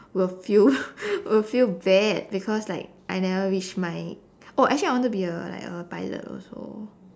will feel will feel bad because like I never reach my oh actually I wanted to be a like a pilot also